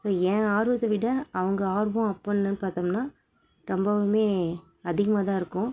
என் ஆர்வத்தை விட அவங்க ஆர்வம் அப்புடின்னு பார்த்தோம்னா ரொம்பவும் அதிகமாக தான் இருக்கும்